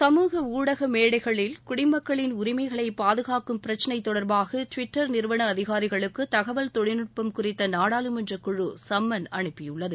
சமூக ஊடக மேடைகளில் குடிமக்களின் உரிமைகளை பாதுகாக்கும் பிரச்னை தொடர்பாக ட்விட்டர் நிறுவன அதிகாரிகளுக்கு தகவல் தொழில்நுட்பம் குறித்த நாடாளுமன்றக் குழு சம்மன் அனுப்பியுள்ளது